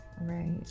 Right